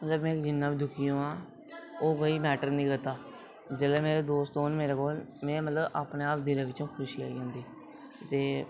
मतलब में जिन्ना बी दुखी होआं ओह् कोई मैटर निं करदा जिसलै मेरे दोस्त होन मेरे कोल में मतलब अपने आप दिलै बिच खुशी होई जंदी ते